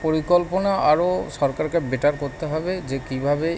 পরিকল্পনা আরও সরকারকে বেটার করতে হবে যে কীভাবে